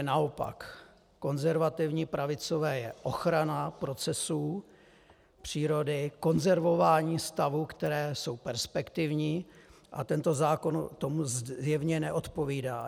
Naopak, konzervativní, pravicová je ochrana procesů přírody, konzervování stavů, které jsou perspektivní, a tento zákon tomu zjevně neodpovídá.